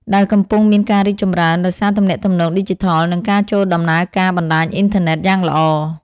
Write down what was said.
ដែលកំពុងមានការរីកចម្រើនដោយសារទំនាក់ទំនងឌីជីថល និងការចូលដំណើរការបណ្តាញអុីនធឺណេតយ៉ាងល្អ។